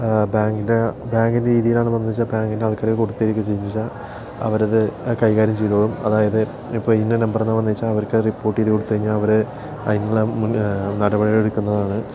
ബാങ്കിൻ്റെ ബാങ്ക്രീത്തിലാണ് വന്നച്ച ബാങ്കിൻ്റെ ആൾക്കാർക്ക് അവരത് കൈകാര്യം ചെയ്തോളും അതായത് ഇപ്പൊ ഇന്ന നമ്പറാ വന്നേച്ചാ അവർക്കത് റിപ്പോട്ടേയ്ത് കൊടുത്തഴിഞ്ഞ അവര് അയിനുള്ള മുന്ന് നടപടിയെടുക്കുന്നതാണ്